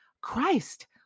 Christ